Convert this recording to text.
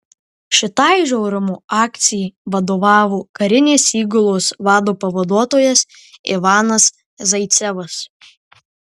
šitai žiaurumo akcijai vadovavo karinės įgulos vado pavaduotojas ivanas zaicevas